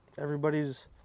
everybody's